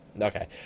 Okay